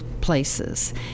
places